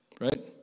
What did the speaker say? Right